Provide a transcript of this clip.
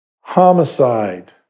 homicide